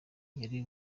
yari